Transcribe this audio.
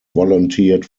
volunteered